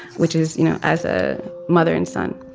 which is, you know, as a mother and son